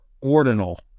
ordinal